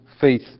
faith